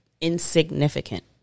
insignificant